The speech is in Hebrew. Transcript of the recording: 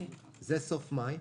זה סוף מאי.